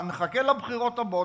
נחכה לבחירות הבאות,